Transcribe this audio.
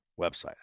website